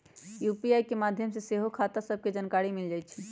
UPI के माध्यम से सेहो खता सभके जानकारी मिल जाइ छइ